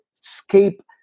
escape